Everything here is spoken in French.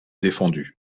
défendu